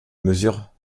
mesure